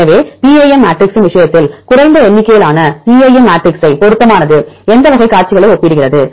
எனவே பிஏஎம் மேட்ரிக்ஸின் விஷயத்தில் குறைந்த எண்ணிக்கையிலான பிஏஎம் மேட்ரிக்ஸ் பொருத்தமானது எந்த வகை காட்சிகளை ஒப்பிடுகிறது